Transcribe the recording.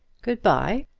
good-bye.